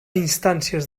instàncies